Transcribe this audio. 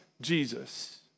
Jesus